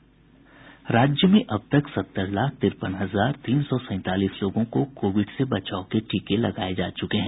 राज्य में अब तक सत्तर लाख तिरपन हजार तीन सौ सैंतालीस लोगों को कोविड के टीके लगाये जा चुके हैं